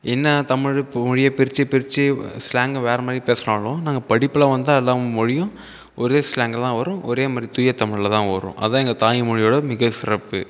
என்ன தமிழ் இப்போ மொழியை பிரித்து பிரித்து ஸ்லாங் வேறே மாதிரி பேசினாலும் நாங்கள் படிப்பில் வந்தால் எல்லா மொழியும் ஒரே ஸ்லாங்கில் தான் வரும் ஒரே மாதிரி தூய தமிழில் தான் வரும் அதுதான் எங்கள் தாய்மொழியோடய மிக சிறப்பு